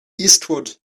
eastward